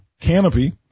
canopy